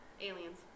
aliens